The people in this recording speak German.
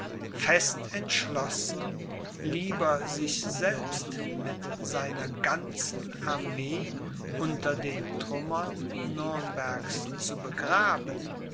fest entschlossen lieber sich selbst mit seiner ganzen armee unter den trümmern nürnbergs zu begraben